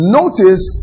notice